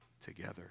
together